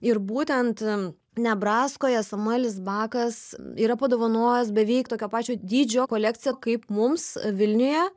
ir būtent nebraskoje samuelis bakas yra padovanojęs beveik tokio pačio dydžio kolekciją kaip mums vilniuje